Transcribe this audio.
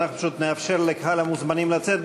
אנחנו פשוט נאפשר לקהל המוזמנים לצאת.